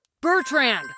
Bertrand